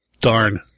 Darn